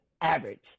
average